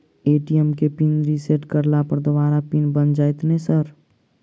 ATM केँ pin reset करला पर दोबारा पिन बन जाइत नै सर?